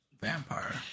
Vampire